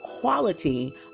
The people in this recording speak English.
quality